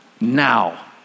now